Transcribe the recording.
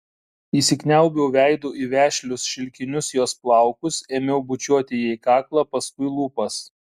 įsikniaubiau veidu į vešlius šilkinius jos plaukus ėmiau bučiuoti jai kaklą paskui lūpas